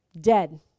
dead